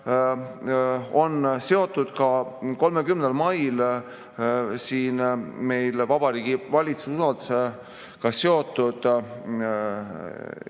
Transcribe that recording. on seotud ka 30. mail siin meil Vabariigi Valitsuse usaldusega seotud